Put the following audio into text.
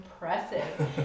impressive